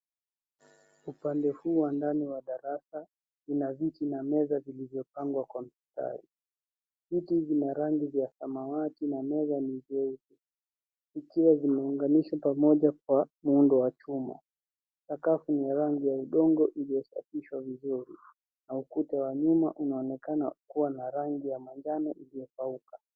Upande huu wa ndani wa darasa ina viti na meza vilivyopangwa kwa mistari. Viti vina rangi vya samawati na meza ni vyeupe vikiwa vimeunganishwa pamoja kwa muundo wa chuma. Sakafu ni ya rangi ya udongo iliyosafishwa vizuri na ukuta wa nyuma unaonekana kuwa na rangi ya njano iliyokauka.